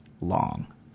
long